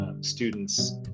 students